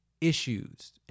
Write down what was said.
issues